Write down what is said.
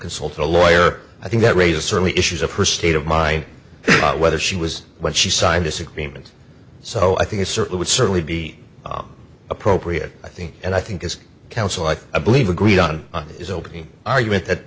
consult a lawyer i think that raises certainly issues of her state of mind about whether she was when she signed this agreement so i think it certainly would certainly be appropriate i think and i think it's counsel i think i believe agreed on his opening argument that